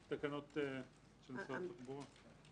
התקנות של משרד התחבורה?